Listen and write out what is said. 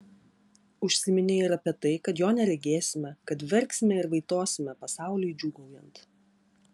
užsiminė ir apie tai kad jo neregėsime kad verksime ir vaitosime pasauliui džiūgaujant